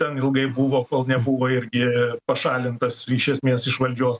ten ilgai buvo kol nebuvo irgi pašalintas iš esmės iš valdžios